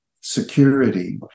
security